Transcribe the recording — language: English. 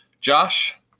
Josh